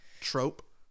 trope